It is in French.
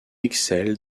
excelle